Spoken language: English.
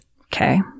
Okay